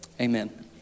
Amen